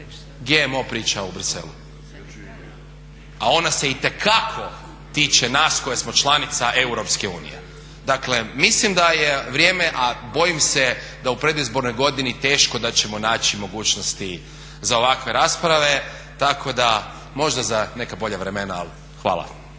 GMO priča u Bruxellesu, a ona se itekako tiče nas koja smo članica EU. Dakle, mislim da je vrijeme, a bojim se da u predizbornoj godini teško da ćemo naći mogućnosti za ovakve rasprave, tako da možda za neka bolja vremena ali hvala.